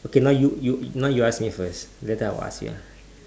okay lah you you now you ask me first later I will ask you ah